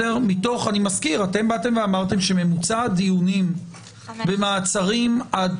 אתם אמרתם שממוצע הדיונים במעצרים עד